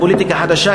פוליטיקה חדשה,